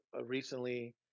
recently